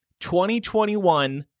2021